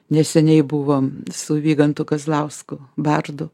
neseniai buvom su vygantu kazlausku bardu